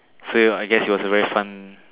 so you ah I guess it was very fun